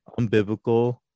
unbiblical